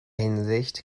hinsicht